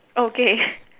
okay